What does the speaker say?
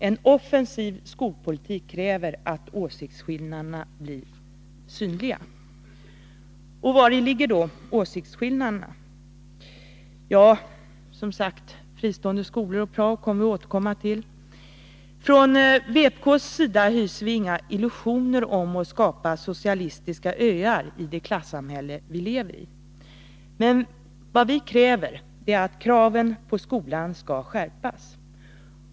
En offensiv skolpolitik kräver att åsiktsskillnaderna blir synliga. Vari ligger då åsiktsskillnaderna? Fristående skolor och prao återkommer vi som sagt till. Från vpk:s sida hyser vi inga illusioner om att skapa socialistiska öar i det klassamhälle vi lever i. Men vi kräver att kraven på skolan skall skärpas.